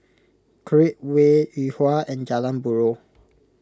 Create Way Yuhua and Jalan Buroh